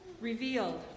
revealed